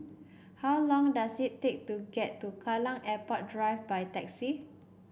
how long does it take to get to Kallang Airport Drive by taxi